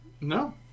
No